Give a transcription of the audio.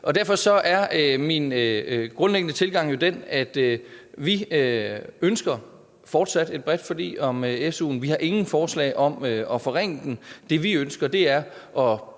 Derfor er min grundlæggende tilgang den, at vi fortsat ønsker et bredt forlig om SU'en. Vi har ingen forslag om at forringe den. Det, vi ønsker, er at